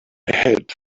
had